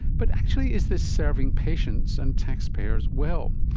but actually is this serving patients and taxpayers well?